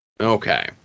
Okay